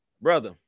brother